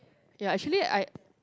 ya actually I